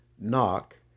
Knock